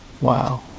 Wow